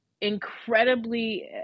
incredibly